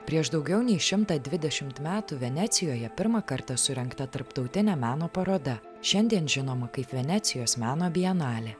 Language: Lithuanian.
prieš daugiau nei šimtą dvidešimt metų venecijoje pirmą kartą surengta tarptautinė meno paroda šiandien žinoma kaip venecijos meno bienalė